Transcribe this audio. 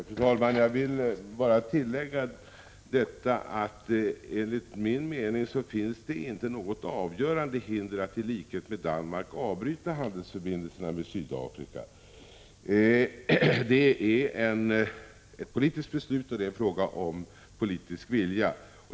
Fru talman! Jag vill bara tillägga att det, enligt min mening, inte finns något avgörande hinder att i likhet med Danmark avbryta handelsförbindelserna med Sydafrika. Här gäller det ett politiskt beslut och politisk vilja.